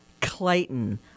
Clayton